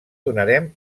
donarem